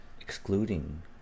excluding